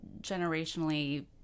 generationally